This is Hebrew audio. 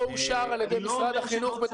אושר על ידי משרד החינוך בתכנית הלימודים?